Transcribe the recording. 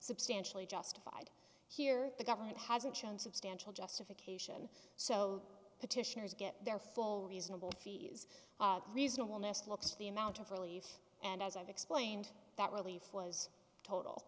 substantially justified here the government hasn't shown substantial justification so petitioners get their full reasonable fees reasonable nest look to the amount of relief and as i've explained that relief was total